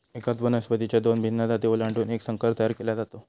एकाच वनस्पतीच्या दोन भिन्न जाती ओलांडून एक संकर तयार केला जातो